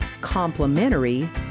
complementary